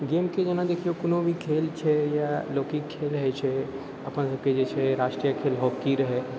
गेमके जेनाकि देखिऔ कोनो भी खेल छै या लौकिक खेल होइ छै अपन सबके जे छै राष्ट्रीय खेल हॉकी रहै